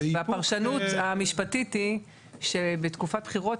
והפרשנות המשפטית היא שבתקופת בחירות,